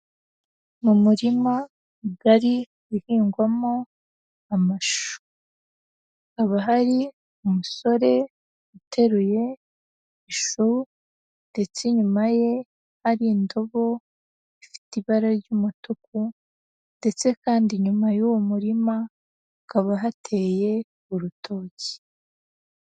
Mu murima mugari uhingwamo amashu, hakaba hari umusore uteruye ishu ndetse inyuma ye hari indobo ifite ibara ry'umutuku ndetse kandi inyuma y'uwo murima hakaba hateye urutoki.